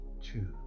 two